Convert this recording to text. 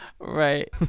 Right